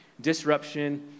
disruption